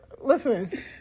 listen